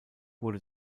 wurde